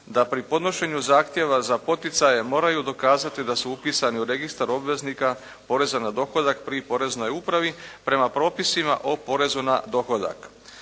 da pri podnošenju zahtjeva za poticaje moraju dokazati da su upisani u registar obveznika poreza na dohodak pri poreznoj upravi prema propisima o porezu na dohodak.